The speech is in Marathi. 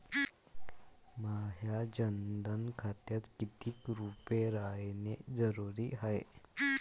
माह्या जनधन खात्यात कितीक रूपे रायने जरुरी हाय?